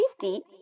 safety